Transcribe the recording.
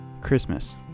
Christmas